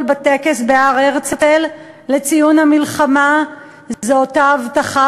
בטקס בהר-הרצל לציון המלחמה זו אותה הבטחה,